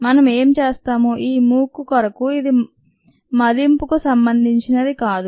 మనం ఏమి చేస్తాం ఈ మూక్ కొరకు ఇది మదింపు కు సంబంధించినది కాదు